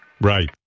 right